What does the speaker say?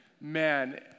man